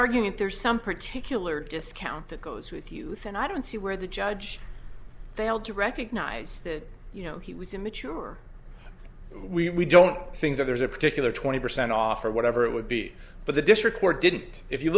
arguing that there's some particular discount that goes with youth and i don't see where the judge failed to recognise that you know he was immature we don't think that there's a particular twenty percent off or whatever it would be but the district court didn't if you